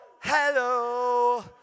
hello